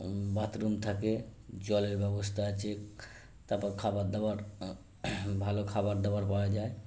bathroom থাকে জলের ব্যবস্থা আছে তারপর খাবার দাবার ভালো খাবার দাবার পাওয়া যায়